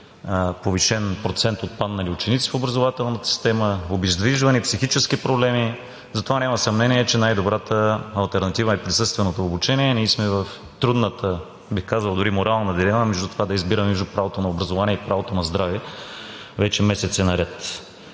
повишен процент отпаднали ученици в образователната система, обездвижване, психически проблеми. Затова няма съмнение, че най-добрата алтернатива е присъственото обучение. Ние сме в трудната, бих казал, дори морална дилема да избираме между правото на образование и правото на здраве вече месеци наред.